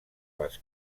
les